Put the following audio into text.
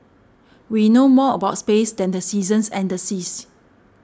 we know more about space than the seasons and the seas